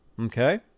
Okay